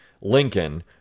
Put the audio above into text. Lincoln